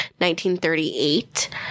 1938